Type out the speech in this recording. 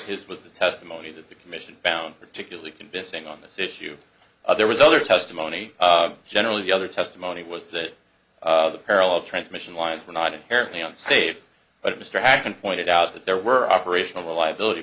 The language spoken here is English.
his was the testimony to commission found particularly convincing on this issue there was other testimony generally the other testimony was that the parallel transmission lines were not inherently unsafe but mr hanken pointed out that there were operational liability